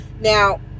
now